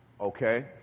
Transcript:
okay